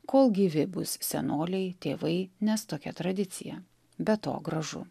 kol gyvi bus senoliai tėvai nes tokia tradicija be to gražu